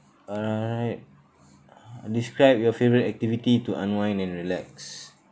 alright ah describe your favourite activity to unwind and relax